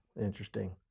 interesting